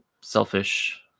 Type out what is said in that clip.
Selfish